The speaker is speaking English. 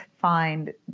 find